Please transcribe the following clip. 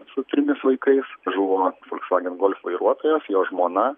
su trimis vaikais žuvo folsvagen golf vairuotojas jo žmona